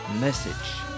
message